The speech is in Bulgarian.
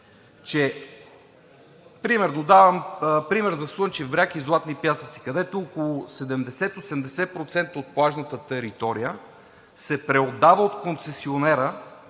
пример – Слънчев бряг и Златни пясъци, където около 70 – 80% от плажната територия се преотдава от концесионера